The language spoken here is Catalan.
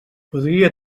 podria